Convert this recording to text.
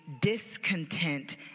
discontent